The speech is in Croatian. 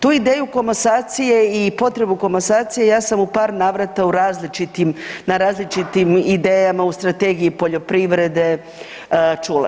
Tu ideju komasacije i potrebu komasacije ja sam u par navrata u različitim, na različitim idejama u strategiji poljoprivrede čula.